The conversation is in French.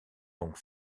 donc